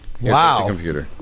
Wow